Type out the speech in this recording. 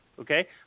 Okay